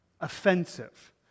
offensive